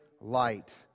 light